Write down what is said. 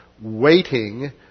waiting